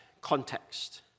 context